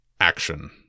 action